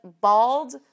bald